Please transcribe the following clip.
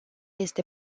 este